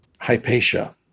Hypatia